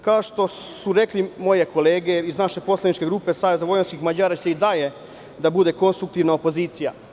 Kao što su rekle moje kolege iz naše poslaničke grupe, SVM će i dalje da bude konstruktivna opozicija.